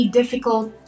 difficult